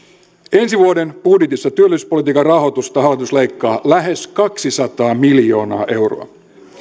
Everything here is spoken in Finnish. ensi vuoden budjetissa työllisyyspolitiikan rahoitusta hallitus leikkaa lähes kaksisataa miljoonaa euroa